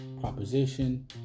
proposition